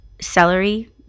celery